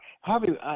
Harvey